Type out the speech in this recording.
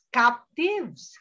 captives